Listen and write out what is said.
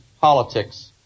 politics